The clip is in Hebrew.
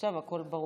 עכשיו הכול ברור.